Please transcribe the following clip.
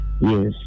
yes